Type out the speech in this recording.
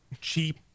cheap